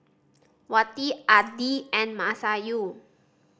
Wati Adi and Masayu